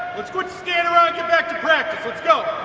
let's quit standing around practice, lets go!